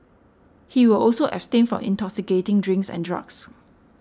he will also abstain from intoxicating drinks and drugs